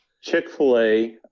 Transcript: Chick-fil-A